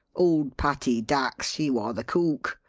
old patty dax, she war the cook.